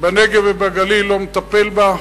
בנגב ובגליל, לא מטפל בה.